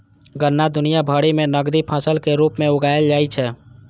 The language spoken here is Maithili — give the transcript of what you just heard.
गन्ना दुनिया भरि मे नकदी फसल के रूप मे उगाएल जाइ छै